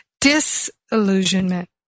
disillusionment